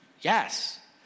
Yes